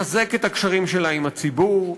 לחזק את הקשרים שלה עם הציבור,